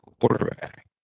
quarterback